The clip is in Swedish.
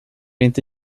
inte